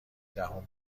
دهم